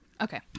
okay